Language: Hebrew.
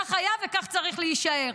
כך היה וכך צריך להישאר.